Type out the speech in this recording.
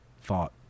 thought